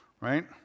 right